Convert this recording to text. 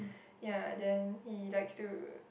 ya then he likes to